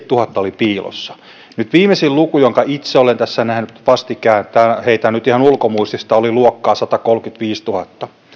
oli kaksisataaseitsemänkymmentätuhatta nyt viimeisin luku jonka itse olen tässä nähnyt vastikään tämän heitän nyt ihan ulkomuistista oli luokkaa satakolmekymmentäviisituhatta